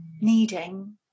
needing